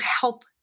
help